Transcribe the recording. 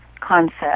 concept